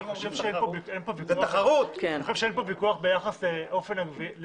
אדוני, אני חושב שאין פה ויכוח ביחס לאופן הגבייה.